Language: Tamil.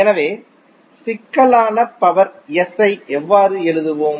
எனவே சிக்கலான பவர் S ஐ எவ்வாறு எழுதுவோம்